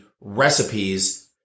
recipes